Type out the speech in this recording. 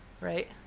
right